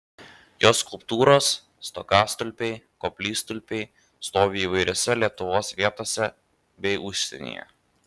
jo skulptūros stogastulpiai koplytstulpiai stovi įvairiose lietuvos vietose bei užsienyje